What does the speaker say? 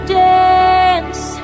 dance